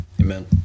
amen